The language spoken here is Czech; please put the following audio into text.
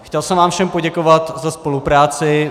Chtěl jsem vám všem poděkovat za spolupráci.